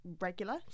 regular